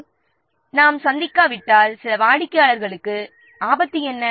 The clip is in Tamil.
எனவே நாம் சந்திக்காவிட்டால் சில வாடிக்கையாளர்களுக்கு ஆபத்து என்ன